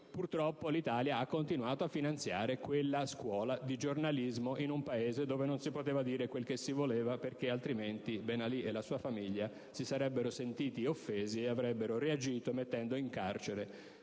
Purtroppo, l'Italia ha continuato a finanziare quella scuola di giornalismo, in un Paese in cui non si poteva dire quel che si voleva perché altrimenti Ben Ali e la sua famiglia si sarebbero sentiti offesi e avrebbero reagito mettendo in carcere